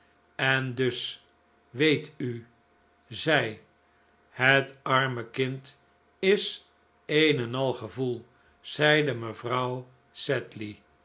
en dus weet u zij het arme kind is een en al gevoel zeide mevrouw